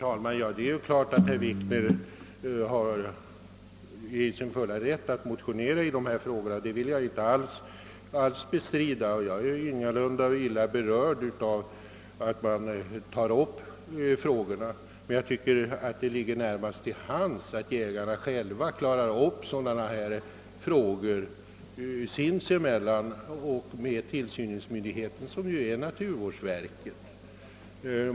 Herr talman! Det är ju klart att herr Wikner är i sin fulla rätt att motionera i dessa frågor. Det vill jag inte alls bestrida. Jag är ingalunda illa berörd av att man tar upp dessa frågor. Men jag tycker ”att det ligger närmast till hands att jägarna själva klarar upp sådana här frågor sinsemellan och med naturvårdsverket.